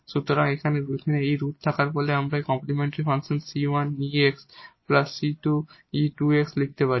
সুতরাং এখানে এই রুট থাকার ফলে আমরা কমপ্লিমেন্টরি ফাংশন 𝑐1𝑒 𝑥 𝑐2𝑒 2𝑥 লিখতে পারি